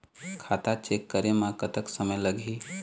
खाता चेक करे म कतक समय लगही?